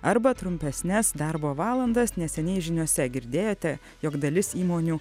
arba trumpesnes darbo valandas neseniai žiniose girdėjote jog dalis įmonių